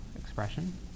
expression